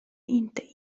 inte